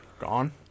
gone